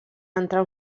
entrar